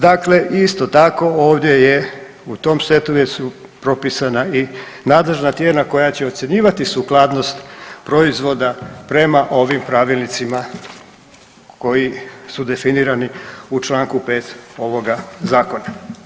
Dakle, isto tako, ovdje je, u tom setu već su propisana i nadležna tijela koja će ocjenjivati sukladnost proizvoda prema ovim pravilnicima koji su definirani u čl. 5 ovoga Zakona.